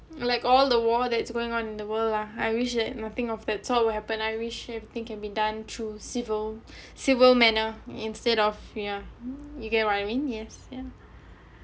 like all the war that's going on in the world lah I wish that nothing of that of that all will happen I wish everything can be done through civil civil manner instead of ya you get what you mean yes ya